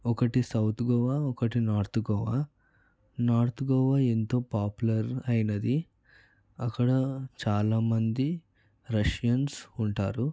ఒకటి సౌత్ గోవా ఒకటి north Goa north Goa ఎంతో పాపులర్ అయినది అక్కడ చాలామంది రష్యన్స్ ఉంటారు